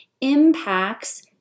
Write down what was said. impacts